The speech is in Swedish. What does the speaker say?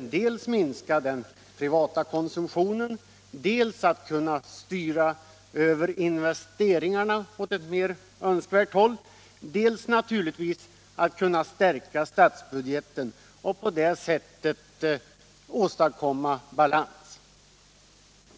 dels att minska den privata konsumtionen, dels att kunna styra över investeringarna åt ett mer önskvärt håll och dels naturligtvis att stärka statsbudgeten för att på det sättet åstadkomma balans.